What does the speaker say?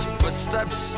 footsteps